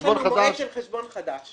יש לנו מועד חדש של חשבון חדש